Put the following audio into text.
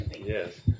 Yes